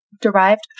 derived